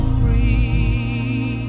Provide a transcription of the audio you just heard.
free